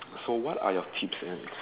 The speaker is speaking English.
so what are your tips and